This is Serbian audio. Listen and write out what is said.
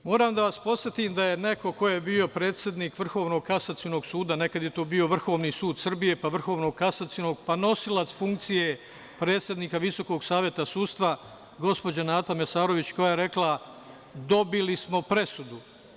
Moram da vas podsetim da je neko ko je bio predsednik Vrhovnog Kasacionog suda, nekada je to bio Vrhovni sud Srbije, pa Vrhovnog Kasacionog, pa nosilac funkcije predsednika Visokog saveta sudstva, gospođa Nata Mesarović rekla – dobili smo presudu.